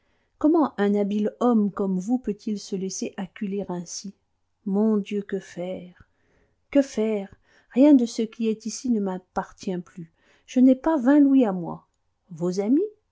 comment un habile homme comme vous peut-il se laisser acculer ainsi mon dieu que faire que faire rien de ce qui est ici ne m'appartient plus je n'ai pas vingt louis à moi vos amis